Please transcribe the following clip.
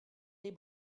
est